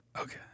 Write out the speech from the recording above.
Okay